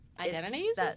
Identities